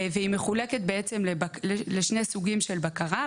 והיא מחולקת בעצם לשני סוגים של בקרה: